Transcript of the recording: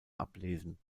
ablesen